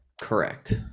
correct